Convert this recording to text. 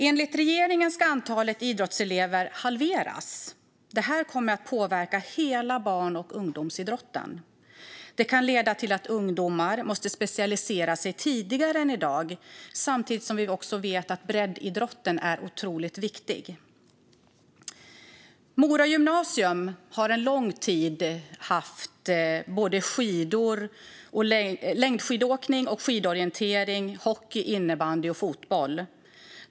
Enligt regeringen ska antalet idrottselever halveras. Det här kommer att påverka hela barn och ungdomsidrotten. Det kan leda till att ungdomar måste specialisera sig tidigare än i dag, samtidigt som vi också vet att breddidrotten är otroligt viktig. Mora gymnasium har en lång tid haft längdskidåkning, skidorientering, hockey, innebandy och fotboll.